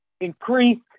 increased